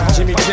Jimmy